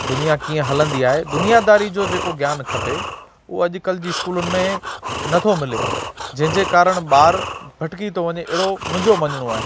दुनिया कीअं हलंदी आहे दुनियादारी जो जेको ज्ञानु खपे उहो अॼुकल्ह जी स्कूलनि में नथो मिले जंहिंजे कारणु ॿारु भटकी थो वञे अहिड़ो मुंहिंजो मञिणो आहे